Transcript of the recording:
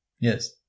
Yes